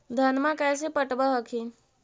धन्मा कैसे पटब हखिन?